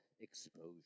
exposure